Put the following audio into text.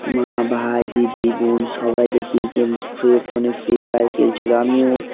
মা ভাই দিদি বোন সবাই দেখি গেম ফোনে ফ্রি ফায়ার খেলছিলো আমিও